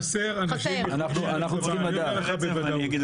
חסר, אני אומר לך בוודאות.